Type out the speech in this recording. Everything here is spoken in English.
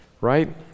right